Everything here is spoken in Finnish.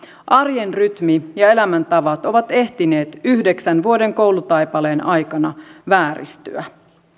arjen rytmi ja elämäntavat ovat ehtineet yhdeksän vuoden koulutaipaleen aikana vääristyä